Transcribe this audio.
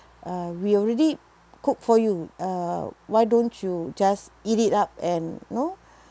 uh we already cook for you uh why don't you just eat it up and know